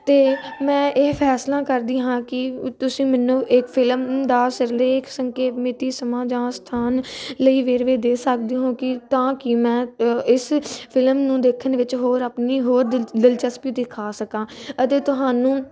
ਅਤੇ ਮੈਂ ਇਹ ਫੈਸਲਾ ਕਰਦੀ ਹਾਂ ਕਿ ਤੁਸੀਂ ਮੈਨੂੰ ਇੱਕ ਫਿਲਮ ਦਾ ਸਿਰਲੇਖ ਸੰਕੇਤ ਮਿਤੀ ਸਮਾਂ ਜਾਂ ਸਥਾਨ ਲਈ ਵੇਰਵੇ ਦੇ ਸਕਦੇ ਹੋ ਕੀ ਤਾਂ ਕਿ ਮੈਂ ਇਸ ਫਿਲਮ ਨੂੰ ਦੇਖਣ ਵਿੱਚ ਹੋਰ ਆਪਣੀ ਹੋਰ ਦਿਲ ਦਿਲਚਸਪੀ ਦਿਖਾ ਸਕਾਂ ਅਤੇ ਤੁਹਾਨੂੰ